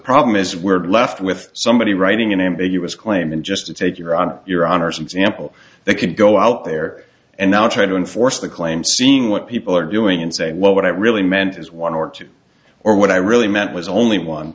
problem is we're left with somebody writing an ambiguous claim and just to take your on your honor's example they can go out there and not try to enforce the claim seeing what people are doing and say well what i really meant is one or two or what i really meant was only one